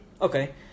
Okay